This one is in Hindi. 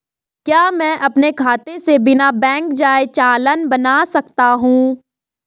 क्या मैं अपने खाते से बिना बैंक जाए चालान बना सकता हूँ?